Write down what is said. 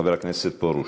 חבר הכנסת פרוש.